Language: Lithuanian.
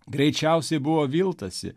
greičiausiai buvo viltasi